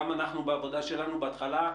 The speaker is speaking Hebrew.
גם אנחנו בעבודה שלנו בהתחלה,